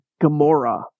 Gamora